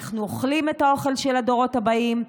אנחנו אוכלים את האוכל של הדורות הבאים.